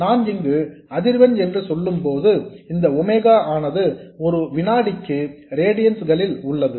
நான் இங்கு அதிர்வெண் என்று சொல்லும்போது இந்த ஒமேகா ஆனது ஒரு வினாடிக்கு ரேடியன்ஸ் களில் உள்ளது